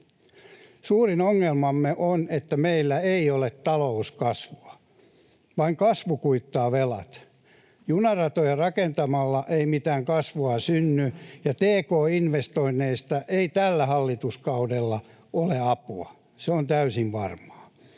Suurin ongelmamme on, että meillä ei ole talouskasvua. Vain kasvu kuittaa velat. Junaratoja rakentamalla ei mitään kasvua synny, ja tk-investoinneista ei tällä hallituskaudella ole apua. Se on täysin varmaa.